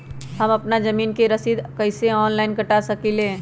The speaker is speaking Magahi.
हम अपना जमीन के रसीद कईसे ऑनलाइन कटा सकिले?